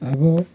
अब